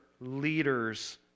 leaders